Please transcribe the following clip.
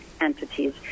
entities